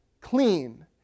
clean